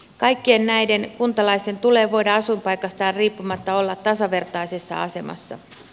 kaikkien näiden kuntalaisten tulee voida asuinpaikastaan riippumatta olla tasavertaisessa asemassa